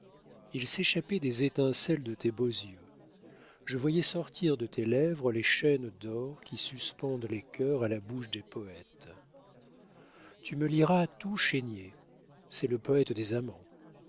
il s'échappait des étincelles de tes beaux yeux je voyais sortir de tes lèvres les chaînes d'or qui suspendent les cœurs à la bouche des poètes tu me liras tout chénier c'est le poète des amants